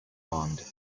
armed